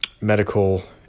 medical